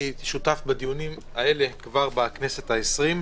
הייתי שותף בדיונים האלה כבר בכנסת העשרים.